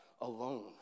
alone